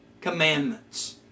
commandments